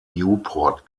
newport